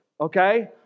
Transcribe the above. Okay